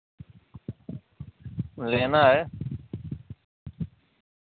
लेना है